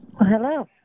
Hello